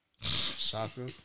soccer